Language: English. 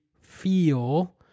feel